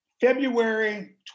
February